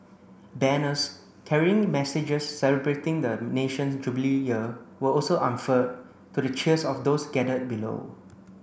banners carrying messages celebrating the nation's Jubilee Year were also unfurled to the cheers of those gathered below